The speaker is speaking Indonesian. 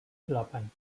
delapan